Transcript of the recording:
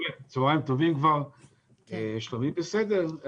שלומי בסדר,